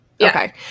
okay